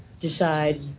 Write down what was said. decide